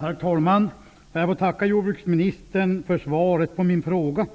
Herr talman! Jag får tacka jordbruksministern för svaret på min fråga.